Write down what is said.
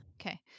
Okay